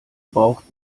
braucht